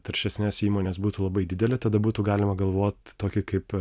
taršesnes įmones būtų labai didelė tada būtų galima galvot tokį kaip